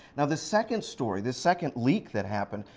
now the second story, the second leak that happened,